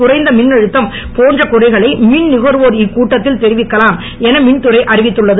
குறைந்த மின்அழுத்தம் போன்ற குறைகளை மின்நுகர்வோர் இக்கட்டங்களில் தெரிவிக்கலாம் என மின்துறை அறிவித்துள்ளது